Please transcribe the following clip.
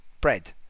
bread